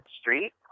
Street